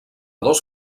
dos